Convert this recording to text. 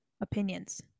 opinions